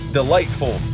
delightful